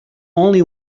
only